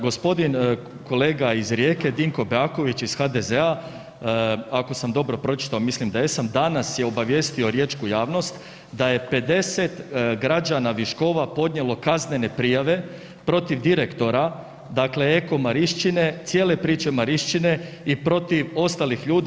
G. kolega iz Rijeke, Dinko Beaković iz HDZ-a, ako sam dobro pročitao, a mislim da jesam, danas je obavijestio riječku javnost da je 50 građana Viškova podnijelo kaznene prijave protiv direktora dakle, Eko Marišćine, cijele priče Marišćine i protiv ostalih ljudi.